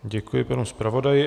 Děkuji panu zpravodaji.